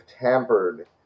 tampered